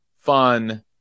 fun